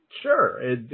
Sure